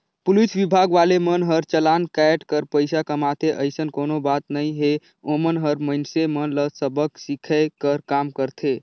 police विभाग वाले मन हर चलान कायट कर पइसा कमाथे अइसन कोनो बात नइ हे ओमन हर मइनसे मन ल सबक सीखये कर काम करथे